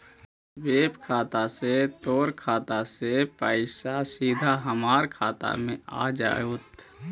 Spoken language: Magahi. स्वीप खाता से तोर खाता से पइसा सीधा हमर खाता में आ जतउ